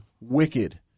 Wicked